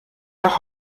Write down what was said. nach